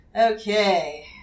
Okay